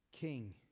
king